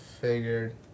figured